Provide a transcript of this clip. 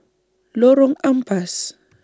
Lorong Ampas